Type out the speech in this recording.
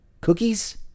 Cookies